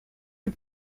you